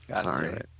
sorry